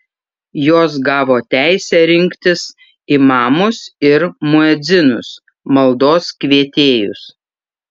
jos gavo teisę rinktis imamus ir muedzinus maldos kvietėjus